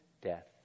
death